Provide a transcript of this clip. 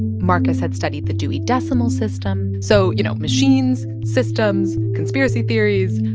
markus had studied the dewey decimal system, so, you know, machines, systems, conspiracy theories,